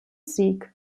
sieg